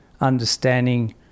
understanding